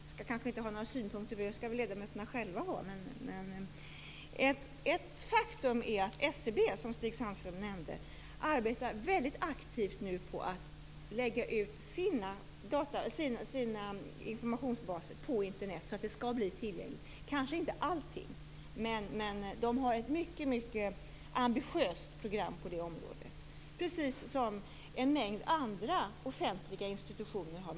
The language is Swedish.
Jag skall kanske inte ha några synpunkter på det. Det skall väl ledamöterna själva ha. Faktum är att SCB, som Stig Sandström nämnde, arbetar aktivt på att lägga ut sina informationsbaser på Internet så att de skall bli tillgängliga; kanske inte allting, men de har ett mycket ambitiöst program på det området. Precis som en mängd andra offentliga institutioner har.